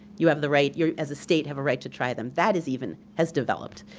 you have the right as a state have a right to try them. that is even, has developed.